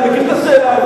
אני מכיר את השאלה,